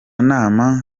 nama